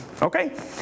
Okay